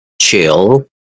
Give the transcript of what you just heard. chill